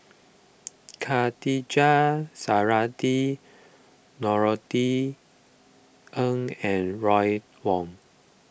Khatijah Surattee Norothy Ng and Ron Wong